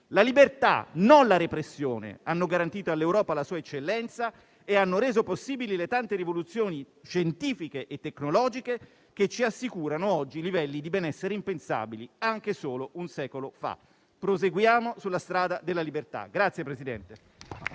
La libertà, non la repressione, hanno garantito all'Europa la sua eccellenza e ha reso possibili le tante rivoluzioni scientifiche e tecnologiche che ci assicurano oggi livelli di benessere impensabili anche solo un secolo fa. Proseguiamo sulla strada della libertà.